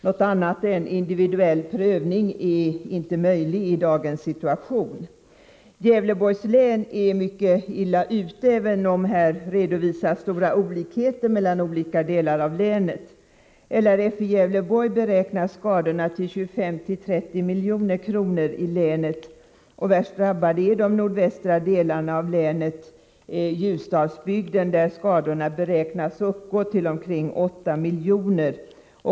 Något annat än individuell prövning är inte möjligt i dagens situation. Gävleborgs län är mycket illa utsatt, även om det redovisas stora olikheter mellan skilda delar av länet. LRF i Gävleborgs län beräknar att skadorna uppgår till mellan 25 milj.kr. och 30 milj.kr. i länet. Värst drabbade är de nordvästra delarna av länet — Ljusdalsbygden — där skadorna beräknas uppgå till omkring 8 milj.kr.